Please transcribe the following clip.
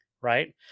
right